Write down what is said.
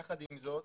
יחד עם זאת,